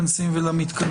תודה למתכנסים ולמתכנסות,